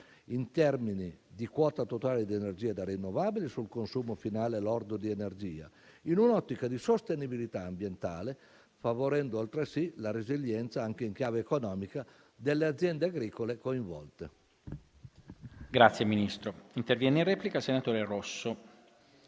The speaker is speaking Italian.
in termini di quota totale di energia da rinnovabili sul consumo finale lordo di energia, in un'ottica di sostenibilità ambientale, favorendo altresì la resilienza anche in chiave economica delle aziende agricole coinvolte. PRESIDENTE. Ha facoltà di intervenire in replica il senatore Rosso,